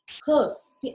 close